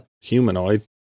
Humanoid